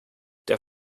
der